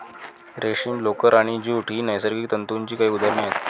रेशीम, लोकर आणि ज्यूट ही नैसर्गिक तंतूंची काही उदाहरणे आहेत